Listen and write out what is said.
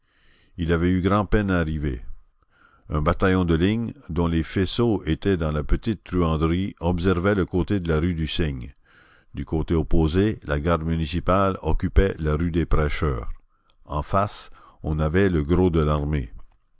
il avait eu grand'peine à arriver un bataillon de ligne dont les faisceaux étaient dans la petite truanderie observait le côté de la rue du cygne du côté opposé la garde municipale occupait la rue des prêcheurs en face on avait le gros de l'armée